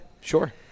sure